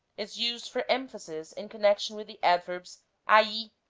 is used for emphasis in connection with the adverbs ahi,